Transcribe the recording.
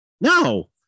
no